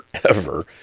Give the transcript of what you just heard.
forever